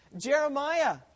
Jeremiah